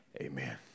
Amen